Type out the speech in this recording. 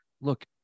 look